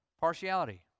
partiality